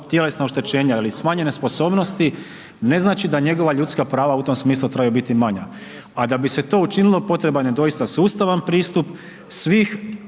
tjelesna oštećenja ili smanjene sposobnosti, ne znači da njegova ljudska prava u tom smislu trebaju biti manja, a da bi se to učinilo, potreban je doista sustavan pristup svih,